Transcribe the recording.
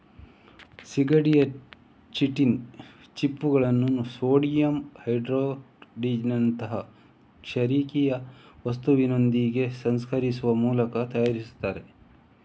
ಸೀಗಡಿಯ ಚಿಟಿನ್ ಚಿಪ್ಪುಗಳನ್ನ ಸೋಡಿಯಂ ಹೈಡ್ರಾಕ್ಸೈಡಿನಂತಹ ಕ್ಷಾರೀಯ ವಸ್ತುವಿನೊಂದಿಗೆ ಸಂಸ್ಕರಿಸುವ ಮೂಲಕ ತಯಾರಿಸ್ತಾರೆ